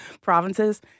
provinces